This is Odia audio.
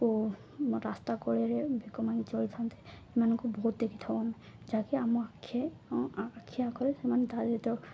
ଓ ରାସ୍ତା କରେ ବେକ ମଙ୍ଗି ଚଳିଥାନ୍ତେ ଏମାନଙ୍କୁ ବହୁତ ଦେଖିଥାଉ ଆମେ ଯାହାକି ଆମ ଆଖି ଆଖି ଆ କରେ ସେମାନେ ତାଦତ